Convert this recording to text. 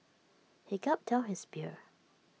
he gulped down his beer